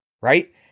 Right